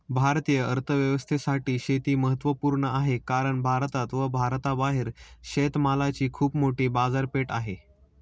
भारतीय अर्थव्यवस्थेसाठी शेती महत्वपूर्ण आहे कारण भारतात व भारताबाहेर शेतमालाची खूप मोठी बाजारपेठ आहे